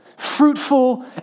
fruitful